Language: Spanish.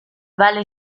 vale